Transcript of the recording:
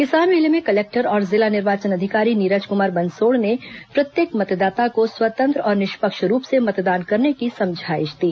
किसान मेले में कलेक्टर और जिला निर्वाचन अधिकारी नीरज कुमार बनसोड़ ने प्रत्येक मतदाताओं को स्वतंत्र और निष्पक्ष रूप से मतदान करने की समझाईश दी